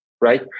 right